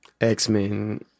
X-Men